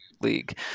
League